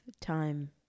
time